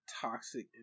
toxic